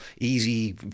easy